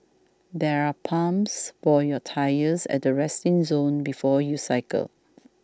there are pumps for your tyres at the resting zone before you cycle